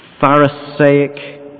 pharisaic